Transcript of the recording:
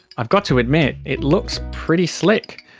i've got to admit, it looks pretty slick.